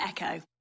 Echo